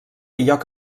lloc